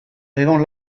egon